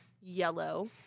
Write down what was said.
yellow